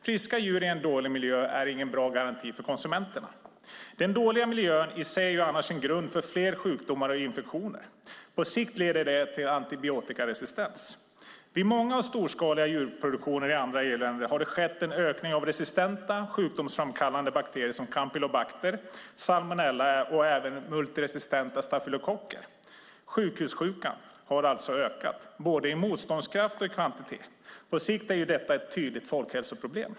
Friska djur i en dålig miljö är ingen bra garanti för konsumenterna. Den dåliga miljön i sig är annars en grund för fler sjukdomar och infektioner. På sikt leder detta till antibiotikaresistens. Vid många storskaliga djurproduktioner i andra EU-länder har det skett en ökning av resistenta sjukdomsframkallande bakterier som campylobacter, salmonella och även multiresistenta stafylokocker. Sjukhussjukan har alltså ökat, både i motståndskraft och i kvantitet. På sikt är detta ett tydligt folkhälsoproblem.